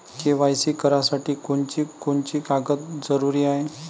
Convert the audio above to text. KYC करासाठी कोनची कोनची कागद जरुरी हाय?